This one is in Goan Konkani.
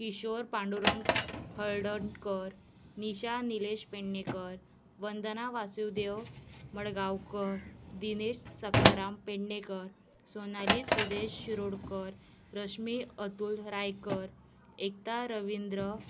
किशोर पांडुरंग हळदणकर निशा निलेश पेडणेकर वंदना वासुदेव मडगांवकर दिनेश सकाराम पेडणेकर सोनाली सुदेश शिरोडकर रश्मी अतूल रायकर एकता रविंद्र